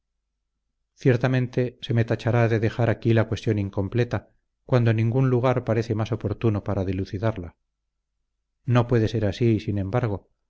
ciertamente se me tachará de dejar aquí la cuestión incompleta cuando ningún lugar parece más oportuno para dilucidarla no puede ser así sin embargo